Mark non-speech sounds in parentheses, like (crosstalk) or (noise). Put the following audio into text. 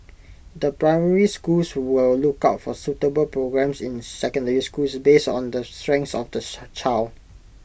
the primary schools will look out for suitable programmes in secondary schools based on the strengths of the (unintelligible) child